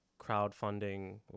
crowdfunding